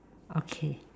okay